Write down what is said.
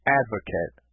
advocate